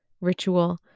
ritual